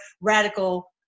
radical